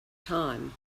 time